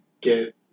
get